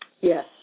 Yes